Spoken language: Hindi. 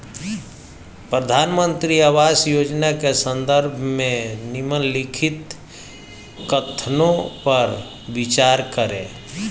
प्रधानमंत्री आवास योजना के संदर्भ में निम्नलिखित कथनों पर विचार करें?